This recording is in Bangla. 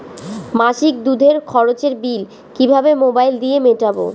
মাসিক দুধের খরচের বিল কিভাবে মোবাইল দিয়ে মেটাব?